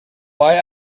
why